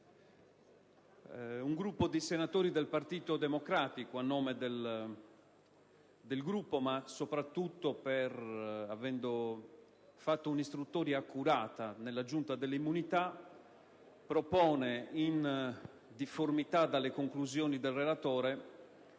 un gruppo di senatori del Partito Democratico, a nome del proprio Gruppo, avendo effettuato un'istruttoria accurata in Giunta delle immunità, propone, in difformità dalle conclusioni del relatore,